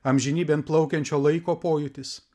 amžinybėn plaukiančio laiko pojūtis